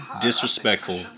disrespectful